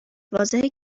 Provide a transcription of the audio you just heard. واضحه